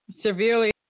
Severely